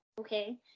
Okay